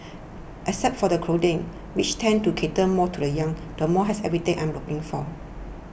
except for the clothing which tends to cater more to the young the mall has everything I am looking for